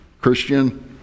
Christian